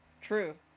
True